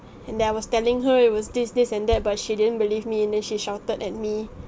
and that I was telling her it was this this and that but she didn't believe me and then she shouted at me